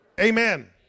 Amen